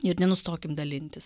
ir nenustokim dalintis